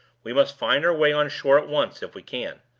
we must find our way on shore at once, if we can.